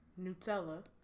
Nutella